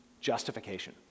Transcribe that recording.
justification